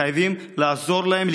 חייבים לעזור להם.